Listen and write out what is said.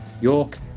York